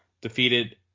defeated